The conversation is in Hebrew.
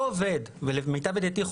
למיטב ידיעתי,